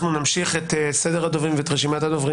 נמשיך את סדר הדוברים ורשימת הדוברים,